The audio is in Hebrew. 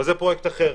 אבל זה פרויקט אחר.